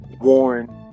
Warren